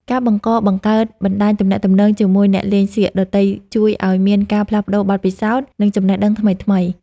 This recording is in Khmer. ការបង្កបង្កើតបណ្តាញទំនាក់ទំនងជាមួយអ្នកលេងសៀកដទៃជួយឱ្យមានការផ្លាស់ប្តូរបទពិសោធន៍ និង ចំណេះដឹងថ្មីៗ។